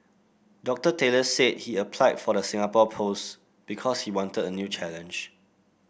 Doctor Taylor said he applied for the Singapore post because he wanted a new challenge